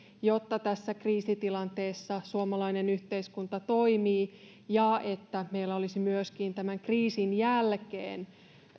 jotta tässä kriisitilanteessa suomalainen yhteiskunta toimii ja jotta meillä olisi myöskin tämän kriisin jälkeen